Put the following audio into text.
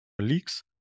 leaks